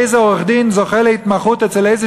איזה עורך-דין זוכה להתמחות אצל איזה